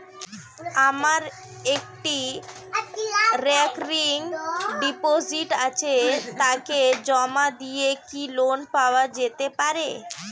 আমার একটি recurring deposit আছে তাকে জমা দিয়ে কি লোন পাওয়া যেতে পারে?